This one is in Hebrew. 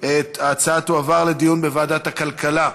תועבר לדיון בוועדת הכלכלה.